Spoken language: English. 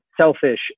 selfish